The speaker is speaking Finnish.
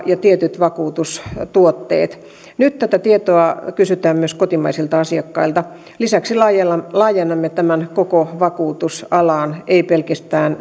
ja tietyt vakuutustuotteet nyt tätä tietoa kysytään myös kotimaisilta asiakkailta lisäksi laajennamme tämän koko vakuutusalaan ei pelkästään